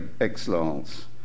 excellence